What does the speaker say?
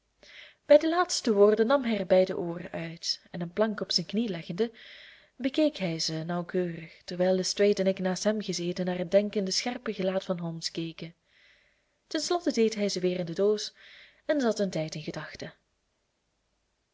bij de laatste woorden nam hij er beide ooren uit en een plank op zijn knie leggende bekeek hij ze nauwkeurig terwijl lestrade en ik naast hem gezeten naar het denkende scherpe gelaat van holmes keken ten slotte deed hij ze weer in de doos en zat een tijd in gedachten